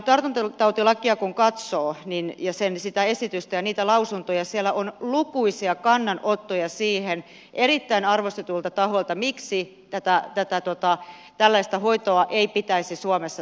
tartuntatautilakia kun katsoo ja sitä esitystä ja niitä lausuntoja siellä on lukuisia kannanottoja erittäin arvostetuilta tahoilta siihen miksi tätä tällaista hoitoa ei pitäisi suomessa sallia